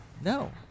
No